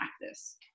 practice